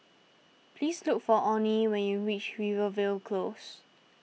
please look for Onnie when you reach Rivervale Close